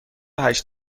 هشت